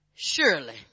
Surely